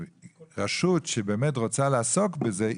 רשות שבאמת רוצה לעסוק בזה,